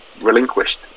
relinquished